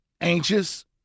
anxious